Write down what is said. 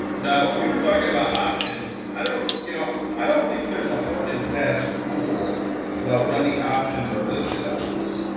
now we were talking about options. i don't you know i don't think there's a hard and fast rule about when the options are listed on this.